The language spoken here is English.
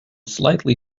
slightly